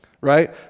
Right